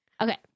Okay